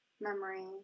memory